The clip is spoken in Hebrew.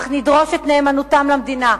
אך נדרוש את נאמנותם למדינה,